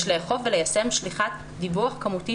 יש לאכוף וליישם שליחת דיווח כמותי